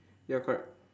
ya correct